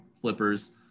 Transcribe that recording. flippers